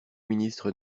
ministre